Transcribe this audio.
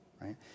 right